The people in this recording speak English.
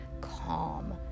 calm